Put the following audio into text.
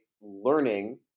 learning